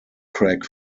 craig